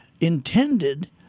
intended